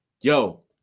Yo